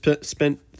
spent